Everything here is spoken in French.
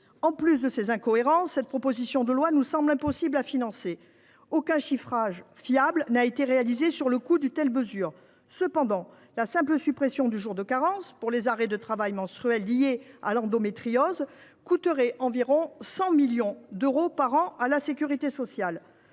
En plus de ces incohérences, cette proposition de loi nous semble impossible à financer. Aucun chiffrage fiable du coût d’une telle mesure n’a été réalisé. Cependant, la simple suppression du jour de carence pour les arrêts de travail menstruels liés à l’endométriose coûterait environ 100 millions d’euros par an à la Sécurité sociale.